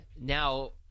Now